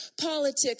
Politics